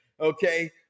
Okay